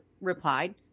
replied